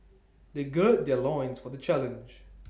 they gird their loins for the challenge